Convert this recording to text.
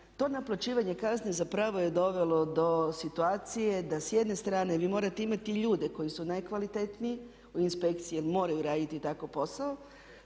To naplaćivanje kazni zapravo je dovelo do situacije da s jedne strane vi morate imati ljude koji su najkvalitetniji u inspekciji jer moraju raditi tako posao,